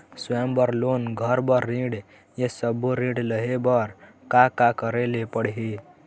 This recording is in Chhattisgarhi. स्वयं बर लोन, घर बर ऋण, ये सब्बो ऋण लहे बर का का करे ले पड़ही?